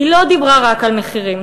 היא לא דיברה רק על מחירים.